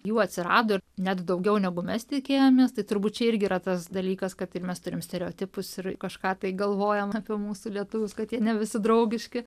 jų atsirado net daugiau negu mes tikėjomės tai turbūt čia irgi yra tas dalykas kad ir mes turim stereotipus ir kažką tai galvojam apie mūsų lietuvius kad jie ne visi draugiški